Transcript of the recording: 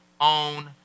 own